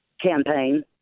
campaign